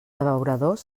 abeuradors